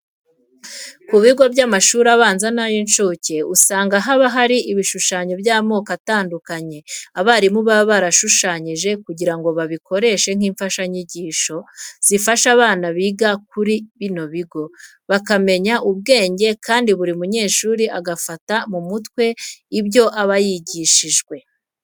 Ku bigo by'amashuri abanza n'ay'incuke, usanga haba hari ibishushanyo by'amoko atandukanye abarimu baba barashushanyijeho kugira ngo babikoreshe nk'imfashanyigisho, zifasha abana biga kuri bino bigo, bakamenya ubwenge kandi buri munyeshuri agafata mu mutwe ibyo aba yigishijwe.